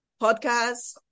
podcasts